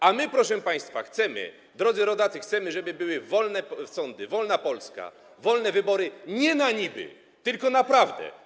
A my, proszę państwa, drodzy rodacy, chcemy, żeby były wolne sądy, wolna Polska, wolne wybory nie na niby, tylko naprawdę.